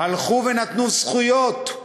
הלכו ונתנו זכויות,